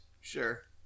Sure